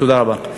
תודה רבה.